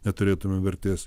neturėtume vertės